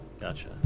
Gotcha